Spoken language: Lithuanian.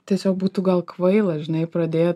tiesiog būtų gal kvaila žinai pradėt